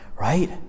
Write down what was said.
right